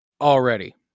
already